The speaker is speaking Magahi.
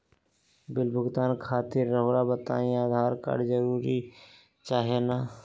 बिल भुगतान खातिर रहुआ बताइं आधार कार्ड जरूर चाहे ना?